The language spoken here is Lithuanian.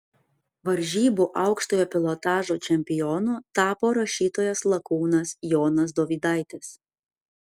varžybų aukštojo pilotažo čempionu tapo rašytojas lakūnas jonas dovydaitis